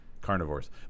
carnivores